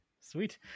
Sweet